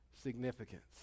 significance